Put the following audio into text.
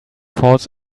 falls